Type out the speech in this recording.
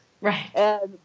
Right